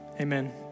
Amen